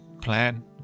plan